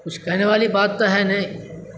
کچھ کہنے والی بات تو ہے نہیں